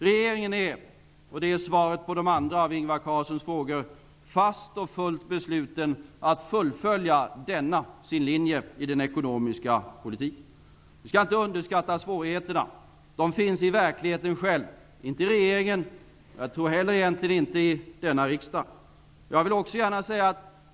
Regeringen är -- och det är svaret på Ingvar Carlssons övriga frågor -- fast och fullt besluten att fullfölja denna sin linje i den ekonomiska politiken. Vi skall inte underskatta svårigheterna; de finns ute i verkligheten -- inte i regeringen och jag tror inte heller i denna riksdag.